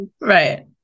right